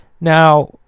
now